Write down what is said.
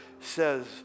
says